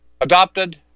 adopted